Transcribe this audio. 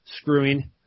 screwing